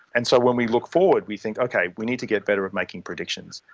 and so when we look forward we think, okay, we need to get better at making predictions.